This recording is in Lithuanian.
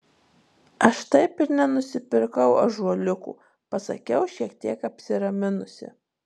aš taip ir nenusipirkau ąžuoliuko pasakiau šiek tiek apsiraminusi